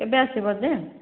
ଏବେ ଆସିବ ଯେ